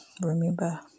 remember